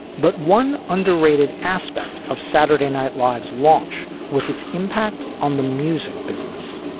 but one underrated aspect of saturday night live's launch was its impact on the music business.